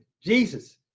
jesus